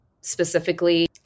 specifically